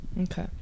Okay